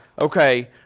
Okay